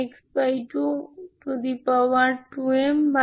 m1 1mx22mm